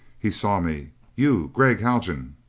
he saw me. you, gregg haljan!